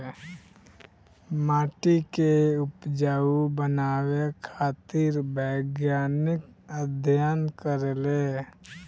माटी के उपजाऊ बनावे खातिर वैज्ञानिक अध्ययन करेले